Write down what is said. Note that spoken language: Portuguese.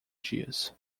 dias